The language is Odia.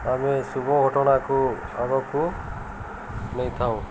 ଆମେ ଶୁଭ ଘଟଣାକୁ ଆଗକୁ ନେଇଥାଉ